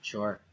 Sure